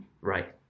Right